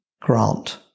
grant